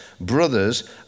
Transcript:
brothers